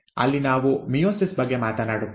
ಅಲ್ಲಿ ನಾವು ಮಿಯೋಸಿಸ್ ಬಗ್ಗೆ ಮಾತನಾಡುತ್ತೇವೆ